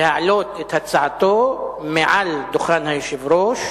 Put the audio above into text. להעלות את הצעתו מעל דוכן היושב-ראש